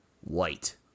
white